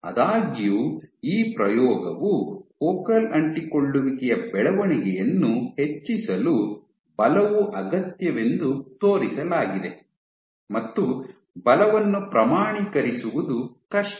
ಆದಾಗ್ಯೂ ಈ ಪ್ರಯೋಗವು ಫೋಕಲ್ ಅಂಟಿಕೊಳ್ಳುವಿಕೆಯ ಬೆಳವಣಿಗೆಯನ್ನು ಹೆಚ್ಚಿಸಲು ಬಲವು ಅಗತ್ಯವೆಂದು ತೋರಿಸಲಾಗಿದೆ ಮತ್ತು ಬಲವನ್ನು ಪ್ರಮಾಣೀಕರಿಸುವುದು ಕಷ್ಟ